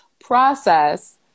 process